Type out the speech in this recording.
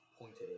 pointed